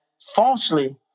falsely